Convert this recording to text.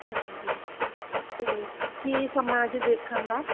ਹਾਂਜੀ ਅਤੇ ਕੀ ਸਮਾਂ ਜੀ ਦੇਖਣ ਦਾ